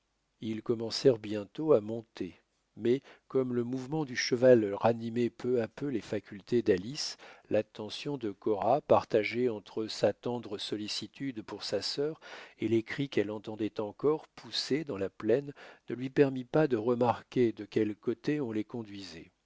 ils commencèrent bientôt à monter mais comme le mouvement du cheval ranimait peu à peu les facultés d'alice l'attention de cora partagée entre sa tendre sollicitude pour sa sœur et les cris qu'elle entendait encore pousser dans la plaine ne lui permit pas de remarquer de quel côté on les conduisait